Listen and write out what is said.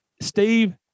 Steve